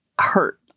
hurt